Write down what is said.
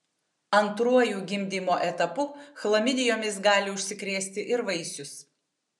antruoju gimdymo etapu chlamidijomis gali užsikrėsti ir vaisius